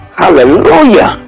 hallelujah